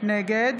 נגד